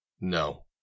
No